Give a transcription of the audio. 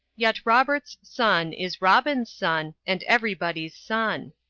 yet robert's sun is robin's sun, and everybody's sun.